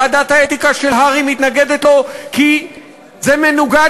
ועדת האתיקה של הר"י מתנגדת לו כי זה מנוגד